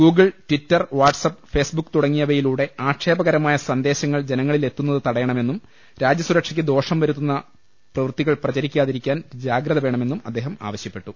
Google Twitter WhatsApp Facebook തുടങ്ങിയവയിലൂടെ ആക്ഷേപകരമായ സന്ദേശങ്ങൾ ജനങ്ങളിലെത്തുന്നത് തടയണ മെന്നും രാജ്യസുരക്ഷയ്ക്ക് ദോഷം വരുത്തുന്ന പ്രവൃത്തികൾ പ്രചരിക്കാതിരിക്കാൻ ജാഗ്രത വേണമെന്നും അദ്ദേഹം ആവശ്യ പ്പെട്ടു